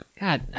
God